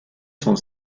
son